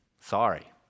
Sorry